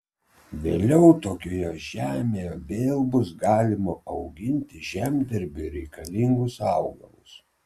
vėliau tokioje žemėje vėl bus galima auginti žemdirbiui reikalingus augalus